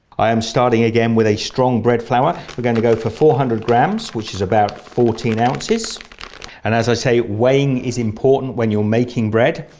i am starting again with a strong bread flour we're going to go for four hundred grams, which is about fourteen ounces and as i say weighing is important when you're making bread.